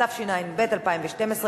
התשע"ב 2012,